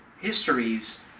histories